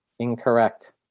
Incorrect